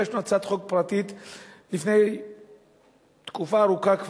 הגשנו הצעת חוק פרטית כבר לפני תקופה ארוכה,